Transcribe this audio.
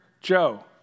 Joe